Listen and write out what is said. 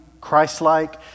Christ-like